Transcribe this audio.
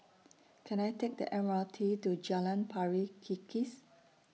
Can I Take The M R T to Jalan Pari Kikis